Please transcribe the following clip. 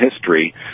history